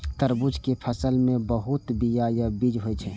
तरबूज के फल मे बहुत बीया या बीज होइ छै